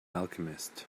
alchemist